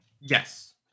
yes